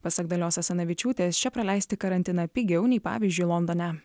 pasak dalios asanavičiūtės čia praleisti karantiną pigiau nei pavyzdžiui londone